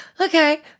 Okay